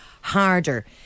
harder